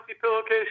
pillowcase